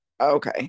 okay